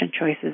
Choices